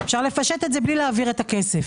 אפשר לפשט את זה בלי להעביר את הכסף.